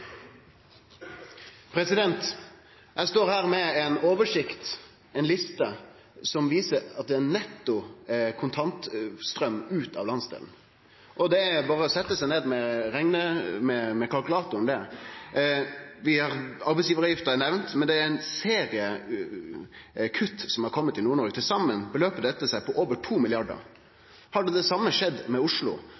oppfølgingsspørsmål. Eg står her med ei oversikt, ei liste, som viser at det er ein netto kontantstraum ut av landsdelen, og det er berre å setje seg ned med kalkulatoren for å sjå det. Arbeidsgjevaravgifta er nemnd, men det har kome ein serie kutt i Nord-Noreg, og til saman summerer dette seg til over